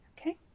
Okay